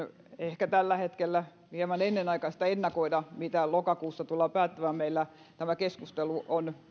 ehkä tällä hetkellä hieman ennenaikaista ennakoida mitä lokakuussa tullaan päättämään meillä tämä keskustelu on